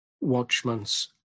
watchman's